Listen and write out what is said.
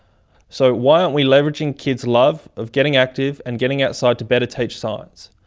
so why aren't we leveraging kids' love of getting active and getting outside to better teach science?